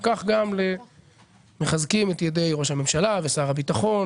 וכך גם מחזקים את ידי ראש הממשלה ושר הביטחון